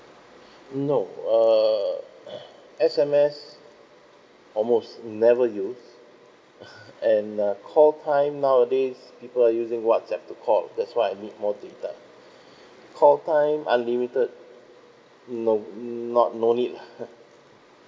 no uh S_M_S almost never use and uh call time nowadays people are using whatsapp to call that's why I need more data call time unlimited no not no need